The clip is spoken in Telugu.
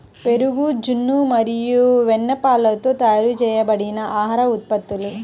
పెరుగు, జున్ను మరియు వెన్నపాలతో తయారు చేయబడిన ఆహార ఉత్పత్తులు